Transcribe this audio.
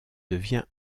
devient